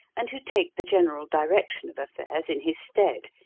and who take the general direction of affairs in his stead,